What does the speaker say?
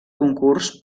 concurs